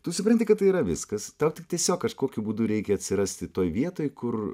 tu supranti kad tai yra viskas tau tik tiesiog kažkokiu būdu reikia atsirasti toj vietoj kur